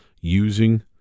using